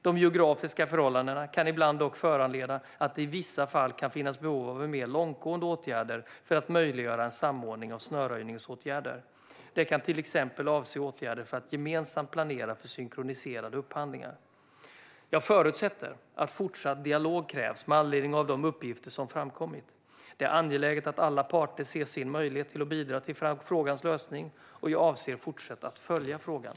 De geografiska förhållandena kan ibland dock föranleda att det i vissa fall kan finnas behov av mer långtgående åtgärder för att möjliggöra en samordning av snöröjningsåtgärder. Det kan till exempel avse åtgärder för att gemensamt planera för synkroniserade upphandlingar. Jag förutsätter att fortsatt dialog krävs med anledning av de uppgifter som framkommit. Det är angeläget att alla parter ser sin möjlighet till att bidra till frågans lösning. Jag avser att fortsatt följa frågan.